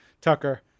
Tucker